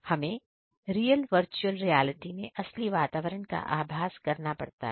हमें real virtual reality में असली वातावरण का आभास करना पड़ता है